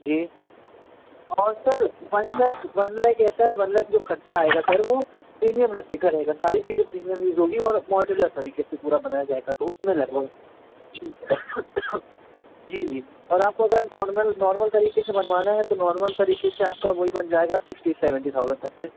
जी और sir one lakh one lakh ऐसा है वन लैख जो ख़र्च आएगा सर वो प्रीमियम लकड़ी का रहेगा सारी चीजे़ं प्रीमियम यूज़ होगी और मॉडुलोर तरीक़े से पूरा बनाया जाएगा तो उसमेँ लगभग जी जी जी और आपको अगर नॉर्मल नॉर्मल तरीक़े से बनवाना है तो नॉर्मल तरीक़े से आपका वही बन जाएगा सिक्स्टी सेवेंटी थाउजन तक में